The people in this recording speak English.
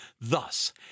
Thus